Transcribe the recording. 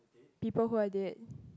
people who are date